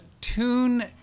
tune